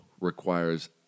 requires